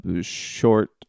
short